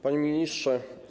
Panie Ministrze!